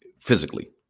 physically